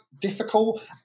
difficult